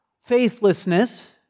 faithlessness